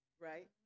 right